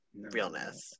realness